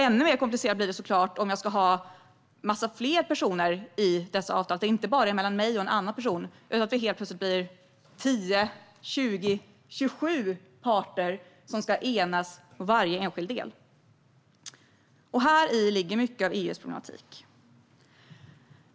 Ännu mer komplicerat blir det såklart om det är en massa fler personer i dessa avtal och det inte bara är mellan mig och en annan person utan det helt plötsligt är 10, 20 eller 27 parter som ska enas i varje enskild del. Häri ligger mycket av EU:s problematik.